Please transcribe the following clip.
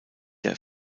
der